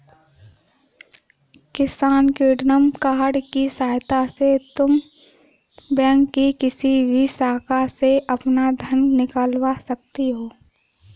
किसान credit card की सहायता से तुम बैंक की किसी भी शाखा से अपना धन निकलवा सकती हो